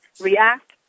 react